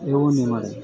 એવું નહિ મળે